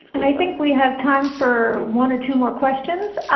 and i think we have time for one or two more questions.